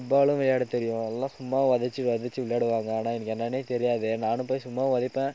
ஃபுட்பாலும் விளையாட தெரியும் எல்லாம் சும்மா ஒதைச்சி ஒதைச்சி விளையாடுவாங்க ஆனால் எனக்கு என்னன்னே தெரியாது நானும் போய் சும்மா ஒதைப்பேன்